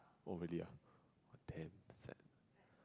oh really ah !damn! sad